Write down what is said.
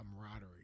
camaraderie